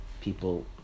people